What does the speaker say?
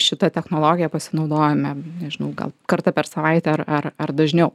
šita technologija pasinaudojame nežinau gal kartą per savaitę ar ar ar dažniau